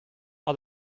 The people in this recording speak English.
are